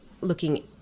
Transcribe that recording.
looking